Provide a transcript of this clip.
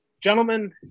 Gentlemen